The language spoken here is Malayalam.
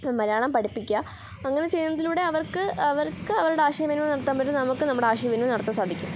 മലയാളം പഠിപ്പിക്കുക അങ്ങനെ ചെയ്യുന്നതിലൂടെ അവർക്ക് അവർക്കവരുടെ ആശയ വിനിമയം നടത്താൻ പറ്റും നമുക്ക് നമ്മുടെ ആശയവിനിമയം നടത്താൻ സാധിക്കും